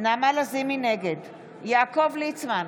יעקב ליצמן,